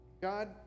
God